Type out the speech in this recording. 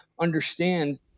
understand